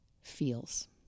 feels